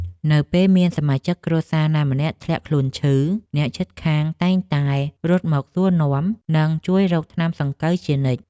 នៅពេលមានសមាជិកគ្រួសារណាម្នាក់ធ្លាក់ខ្លួនឈឺ អ្នកជិតខាងតែងតែរត់មកសួរនាំ និងជួយរកថ្នាំសង្កូវជានិច្ច។